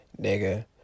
nigga